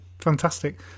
Fantastic